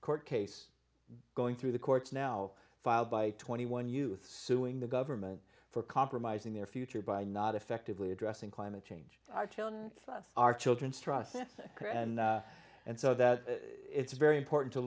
court case going through the courts now filed by twenty one dollars youths suing the government for compromising their future by not effectively addressing climate change our children's trust and so that it's very important to